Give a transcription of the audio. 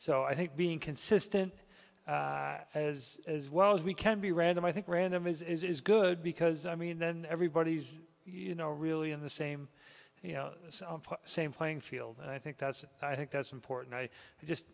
so i think being consistent is as well as we can be random i think random is good because i mean then everybody's you know really in the same you know same playing field and i think that's i think that's important i just